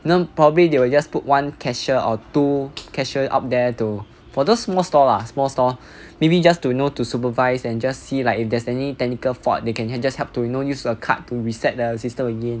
you know probably they will just put one cashier or two cashier out there to for those small store lah small store maybe just to you know to supervise and just see like if there any technical fault they can hand they can just help to use the you know card to reset the system again